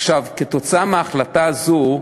עקב ההחלטה הזאת,